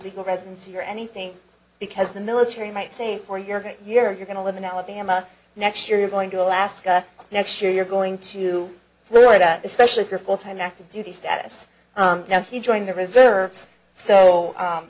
legal residency or anything because the military might say for your great year you're going to live in alabama next year you're going to alaska next year you're going to florida especially for full time active duty status now he joined the reserves so